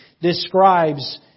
describes